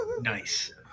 Nice